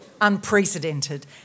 Unprecedented